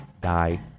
die